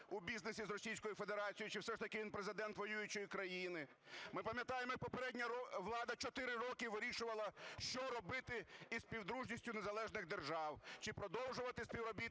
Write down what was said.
у бізнесі з Російською Федерацією, чи все ж таки він Президент воюючої країни. Ми пам'ятаємо, як попередня влада чотири роки вирішувала, що робити із Співдружністю Незалежних Держав, чи продовжувати співробітництво,